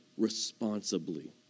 responsibly